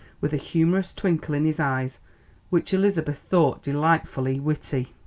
with a humorous twinkle in his eyes which elizabeth thought delightfully witty.